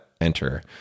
enter